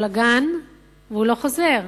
או לגן והוא לא חוזר,